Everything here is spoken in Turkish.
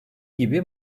gibi